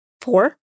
Four